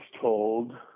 told